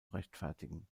rechtfertigen